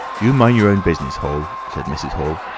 you mind your own business, hall, said mrs. hall,